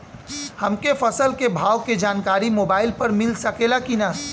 हमके फसल के भाव के जानकारी मोबाइल पर मिल सकेला की ना?